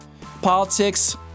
Politics